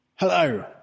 Hello